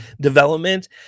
development